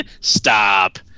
Stop